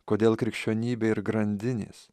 kodėl krikščionybė ir grandinės